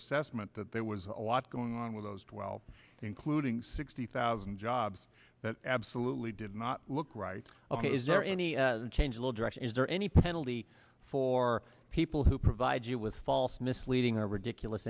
assessment that there was a lot going on with those twelve including sixty thousand jobs that absolutely did not look right ok is there any change will direction is there any penalty for people who provide you with false misleading or ridiculous